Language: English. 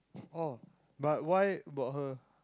oh but why about her